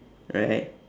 right